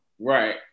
Right